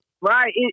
Right